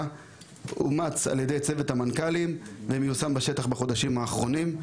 וצוות המנכ"לים ומיושם בשטח בחודשים האחרונים.